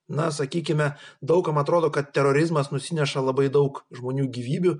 na sakykime daug kam atrodo kad terorizmas nusineša labai daug žmonių gyvybių